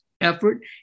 effort